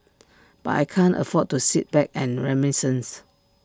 but I can't afford to sit back and reminisce